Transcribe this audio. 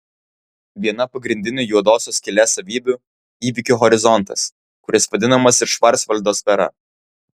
viena pagrindinių juodosios skylės savybių įvykių horizontas kuris vadinamas ir švarcvaldo sfera